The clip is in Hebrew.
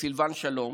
וסילבן שלום,